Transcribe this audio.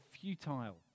futile